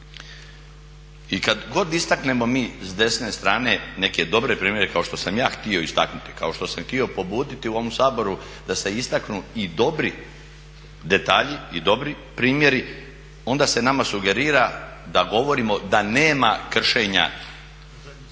I kada god istaknemo mi s desne strane neke dobre primjere kao što sam ja htio istaknuti, kako što sam htio pobuditi u ovom Saboru da se istaknu i dobri detalji i dobri primjeri onda se nama sugerira da govorimo da nema kršenja